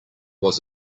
was